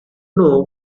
know